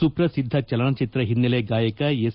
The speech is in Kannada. ಸುಪ್ರಸಿದ್ದ ಚಲನಚಿತ್ರ ಹಿನ್ನೆಲೆ ಗಾಯಕ ಎಸ್